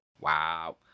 Wow